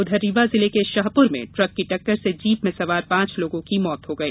उधर रीवा जिले के शाहपुर में ट्रक की टक्कर से जीप में सवार पांच लोगों की मौत हो गई